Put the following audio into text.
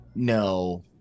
No